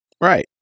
Right